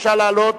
בבקשה לעלות.